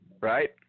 right